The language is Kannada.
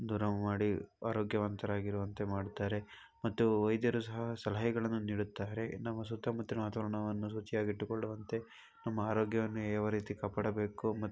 ದೂರ ಮಾಡಿ ಆರೋಗ್ಯವಂತರಾಗಿರುವಂತೆ ಮಾಡುತ್ತಾರೆ ಮತ್ತು ವೈದ್ಯರು ಸಹ ಸಲಹೆಗಳನ್ನು ನೀಡುತ್ತಾರೆ ನಮ್ಮ ಸುತ್ತಮುತ್ತಲಿನ ವಾತಾವರಣವನ್ನು ಶುಚಿಯಾಗಿಟ್ಟುಕೊಳ್ಳುವಂತೆ ನಮ್ಮ ಆರೋಗ್ಯವನ್ನು ಯಾವ ರೀತಿ ಕಾಪಾಡಬೇಕು